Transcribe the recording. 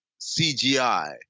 CGI